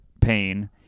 pain